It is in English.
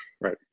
right